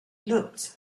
looked